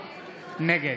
הכנסת,